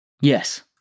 Yes